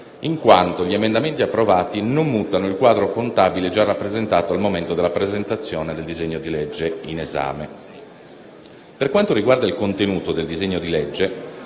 in quanto gli emendamenti approvati non mutano il quadro contabile già rappresentato al momento della presentazione del disegno di legge in esame. Per quanto riguarda il contenuto del disegno di legge,